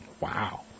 Wow